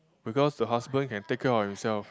because the husband can take care of himself